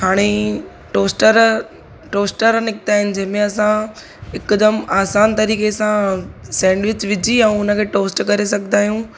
हाणे toaster toaster Nikita आहिनि जंहिंमें असां हिकदमि आसान तरीके सां सैंडविच विझी रंधिणे हुनखे टोस्ट करे सघंदा आहियूं